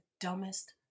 dumbest